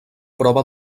prova